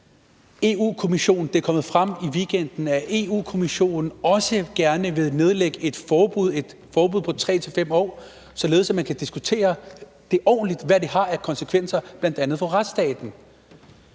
om det. Det er kommet frem i weekenden, at Europa-Kommissionen også gerne vil nedlægge et forbud på 3-5 år, således at man kan diskutere det ordentligt og se, hvad det vil have af konsekvenser bl.a. for retsstaten.